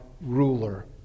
ruler